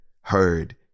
heard